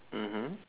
mmhmm